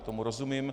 Tomu rozumím.